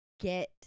get